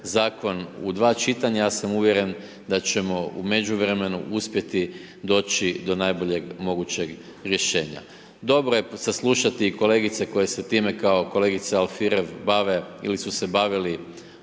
u dva čitanja, ja sam uvjeren da ćemo u međuvremenu uspjeti doći do najboljeg mogućeg rješenja. Dobro je saslušati kolegice koje se time, kao kolegica Alfirev, bave ili su se bavili